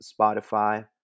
Spotify